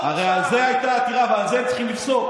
הרי על זה הייתה עתירה, על זה הם צריכים לפסוק.